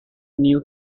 new